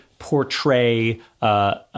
portray